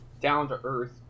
down-to-earth